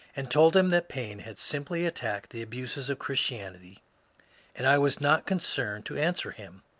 and told him that paine had simply attacked the abuses of christianity and i was not concerned to answer him.